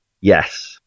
yes